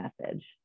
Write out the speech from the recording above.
message